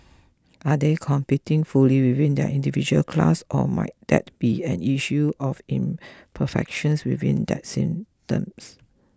are they competing fully within their individual class or might that be an issue of imperfections within that systems